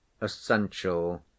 essential